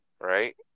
right